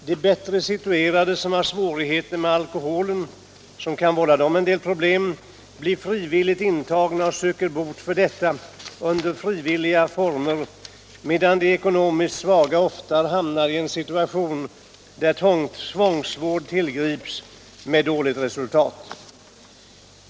De bättre situerade som har svårigheter med alkoholen blir frivilligt intagna och söker bot för detta i frivilliga former, medan de ekonomiskt svaga ofta hamnar i en situation där tvångsvård tillgrips med dåligt resultat.